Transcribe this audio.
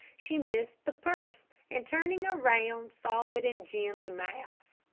she missed the purse, and turning around saw it in jim's mouth.